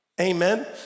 Amen